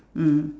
mm